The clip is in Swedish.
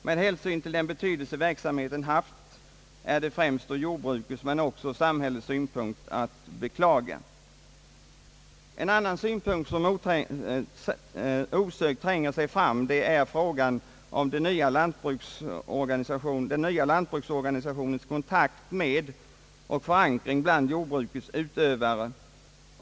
Med hänsyn till den betydelse verksamheten haft är detta främst ur jordbrukets men också ur samhällets synpunkt att beklaga. En annan synpunkt som osökt tränger sig fram är frågan om den nya lantbruksorganisationens kontakt med och förankring bland jordbrukets utövare.